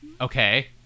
okay